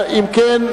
אם כן,